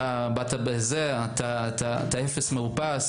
אתה אפס מאופס